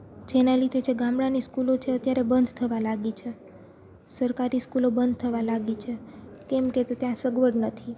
જેના લીધે જે ગામડાની સ્કૂલો છે અત્યારે બંધ થવા લાગી છે સરકારી સ્કૂલો બંધ થવા લાગી છે કેમ કે તે ત્યાં સગવડ નથી